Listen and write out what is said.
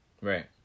Right